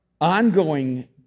ongoing